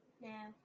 No